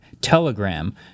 telegram